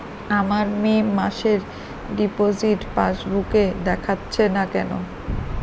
আমার মে মাসের ডিপোজিট পাসবুকে দেখাচ্ছে না কেন?